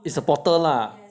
is a portal lah